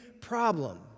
problem